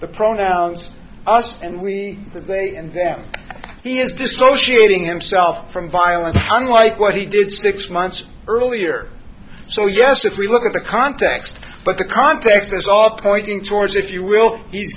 the pronouns us and we and then he is dissociating himself from violence unlike what he did six months earlier so yes if we look at the context but the context is all pointing towards if you will he's